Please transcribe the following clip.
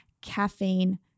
caffeine